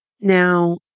Now